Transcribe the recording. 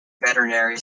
veterinary